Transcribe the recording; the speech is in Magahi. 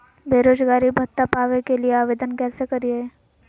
बेरोजगारी भत्ता पावे के लिए आवेदन कैसे करियय?